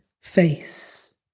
face